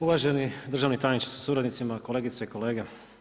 Uvaženi državni tajniče sa suradnicima, kolegice i kolege.